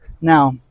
Now